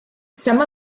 some